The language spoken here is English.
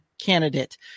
candidate